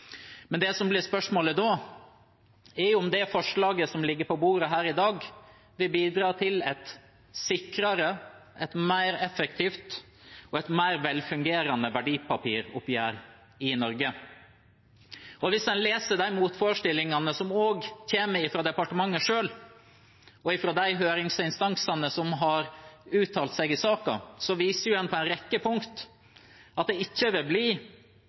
Men det som blir spørsmålet da, er om det forslaget som ligger på bordet her i dag, vil bidra til et sikrere, et mer effektivt og et mer velfungerende verdipapiroppgjør i Norge. Og hvis en leser de motforestillingene som også kommer fra departementet selv, og fra de høringsinstansene som har uttalt seg i saken, ser en på en rekke punkter at det ikke vil bli sikrere, at det ikke vil bli mer effektivt, og ikke vil bli